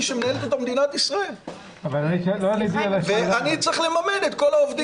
שמנהלת אותו מדינת ישראל ואני צריך לממן את כל העובדים.